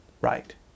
right